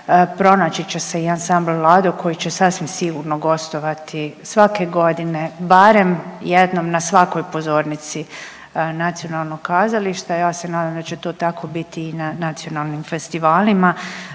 pronaći će se i Ansambl Lado koji će sasvim sigurno gostovati svake godine barem jednom na svakoj pozornici nacionalnog kazališta, ja se nadam da će to tako biti i na nacionalnim festivalima.